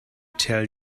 tell